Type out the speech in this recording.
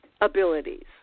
abilities